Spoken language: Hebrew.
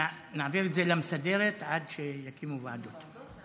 נעביר את זה לוועדה המסדרת עד שיקימו ועדות,